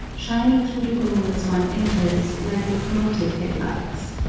shining through the gloom as one enters, like locomotive headlights.